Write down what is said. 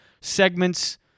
segments